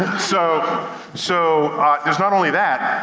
so so there's not only that,